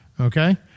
okay